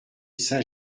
saint